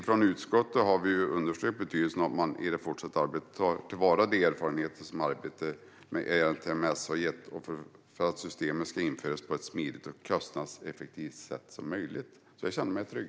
Från utskottet har vi understrukit betydelsen av att man i det fortsatta arbetet tar till vara de erfarenheter som arbetet med ERTMS har gett för att systemet ska införas på ett så smidigt och kostnadseffektivt sätt som möjligt, så jag känner mig trygg.